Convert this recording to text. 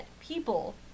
people